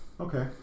Okay